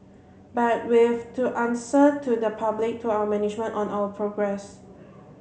but we've to answer to the public to our management on our progress